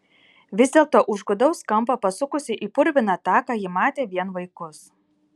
vis dėlto už gūdaus kampo pasukusi į purviną taką ji matė vien vaikus